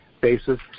basis